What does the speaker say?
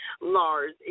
Lars